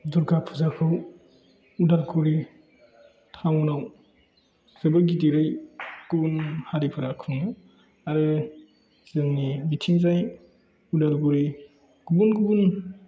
दुर्गा फुजाखौ उदालगुरि थाउनाव जोबोर गिदिरै गुबुन हारिफोरा खुङो आरो जोंनि बेथिंजाय उदालगुरि गुबुन गुबुन